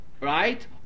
right